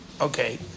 Okay